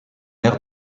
aire